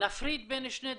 להפריד בין שני דברים,